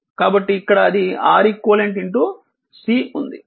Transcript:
కాబట్టి ఇక్కడ ఇది Req C ఉంది